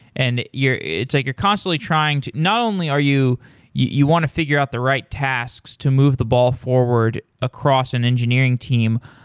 and it's like you're constantly trying to not only are you you want to figure out the right tasks to move the ball forward across an engineering team,